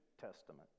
Testament